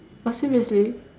but seriously